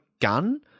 gun